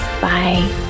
Bye